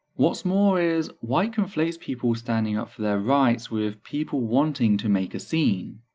what's more is white conflates people standing up for their rights with people wanting to make a scene.